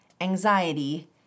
anxiety